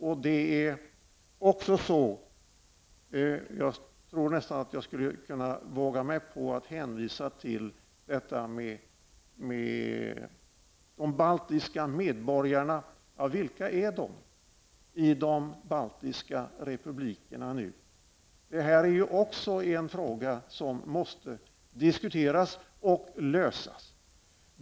Vilka är egentligen medborgare i de baltiska republikerna nu? Detta är också en fråga som måste diskuteras och lösas.